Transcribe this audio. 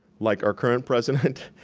like our current president,